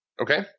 Okay